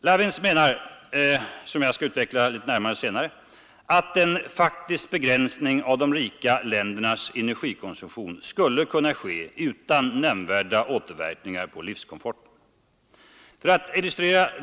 Lovins menar, som jag skall utveckla närmare senare, att en faktisk begränsning av de rika ländernas energikonsumtion skulle kunna ske utan nämnvärda återverkningar på livskomforten.